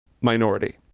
minority